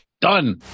Done